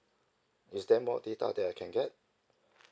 is there more data that I can get